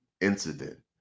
incident